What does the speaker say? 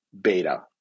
beta